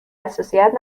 حساسیت